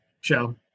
show